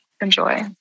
enjoy